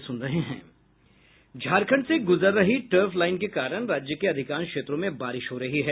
झारखंड से गुजर रही ट्रफ लाइन के कारण राज्य के अधिकांश क्षेत्रों में बारिश हो रही है